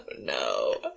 No